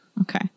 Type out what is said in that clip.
Okay